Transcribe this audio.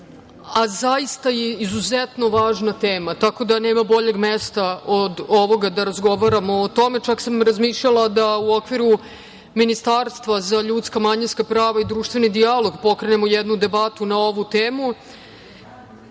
a zaista je izuzetno važna tema. Tako da nema boljeg mesta od ovoga da razgovaramo o tome. Čak sam razmišljala da u okviru Ministarstva za ljudska, manjinska prava i društveni dijalog pokrenemo jednu debatu na ovu temu.